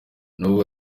nubwo